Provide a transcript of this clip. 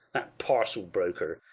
that parcel broker,